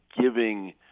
giving